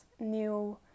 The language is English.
new